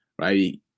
right